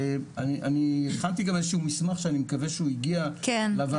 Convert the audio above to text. אני הכנתי גם איזה שהוא מסמך שאני מקווה שהוא הגיע לוועדה.